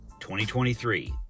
2023